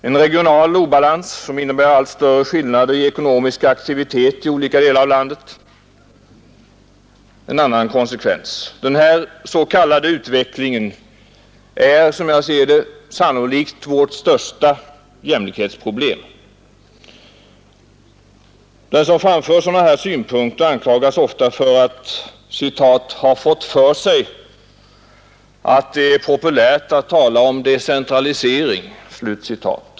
En regional obalans som innebär allt större skillnader i ekonomiska aktiviteter i olika delar av landet är en annan konsekvens. Denna s.k. utveckling är, som jag ser det, sannolikt vårt största jämlikhetsproblem. Den som framför sådana synpunkter anklagas ofta för att ”ha fått för sig att det är populärt att tala om decentralisering”.